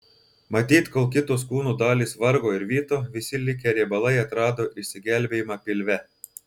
matyt kol kitos kūno dalys vargo ir vyto visi likę riebalai atrado išsigelbėjimą pilve